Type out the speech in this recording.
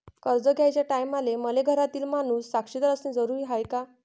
कर्ज घ्याचे टायमाले मले घरातील माणूस साक्षीदार असणे जरुरी हाय का?